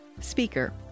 Speaker